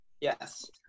yes